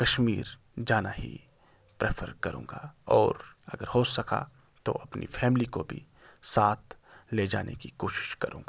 کشمیر جانا ہی پریفر کروں گا اور اگر ہو سکا تو اپنی فیملی کو بھی ساتھ لے جانے کی کوشش کروں گا